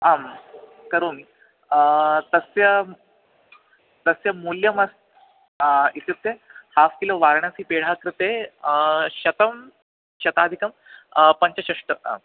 आं करोमि तस्य तस्य मूल्यमस्ति इत्युक्ते हाफ़् किलो वाराणासी पेढा कृते शतं शताधिकं पञ्चषष्टम् आम्